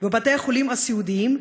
בבתי-החולים הסיעודיים,